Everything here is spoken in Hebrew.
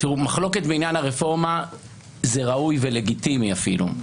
מחלוקת בעניין הרפורמה זה ראוי ולגיטימי אפילו,